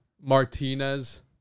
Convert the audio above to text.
Martinez